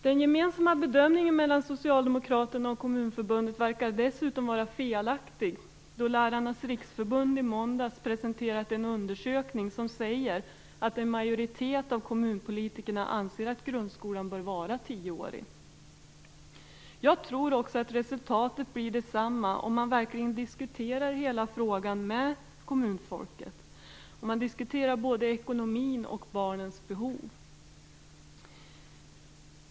Socialdemokraternas och Kommunförbundets gemensamma bedömning verkar dessutom vara felaktig, då Lärarnas Riksförbund i måndags presenterat en undersökning som säger att en majoritet av kommunpolitikerna anser att grundskolan bör vara tioårig. Jag tror också att resultatet blir detsamma, om man med kommunfolket verkligen diskuterar hela frågan, både ekonomin och barnens behov.